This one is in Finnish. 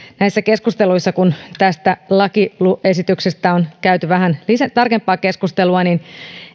näissä keskusteluissa kun tästä lakiesityksestä on käyty vähän tarkempaa keskustelua niin